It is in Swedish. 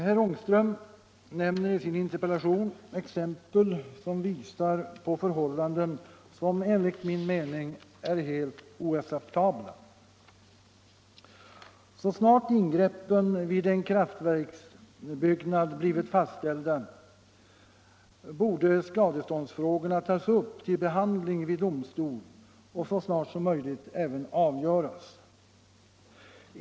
Herr Ångström visar i sin interpellation på förhållanden som enligt min mening är helt oacceptabla. Så snart ingreppen vid ett kraftverksbygge blivit fastställda borde skadeståndsfrågorna tas upp till behandling vid domstol och så snart som möjligt avgöras.